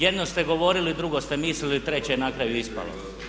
Jedno ste govorili, drugo ste mislili, treće je na kraju ispalo.